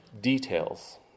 details